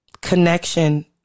connection